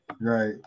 Right